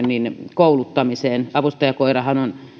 kouluttamiseen avustajakoirahan on